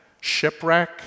shipwreck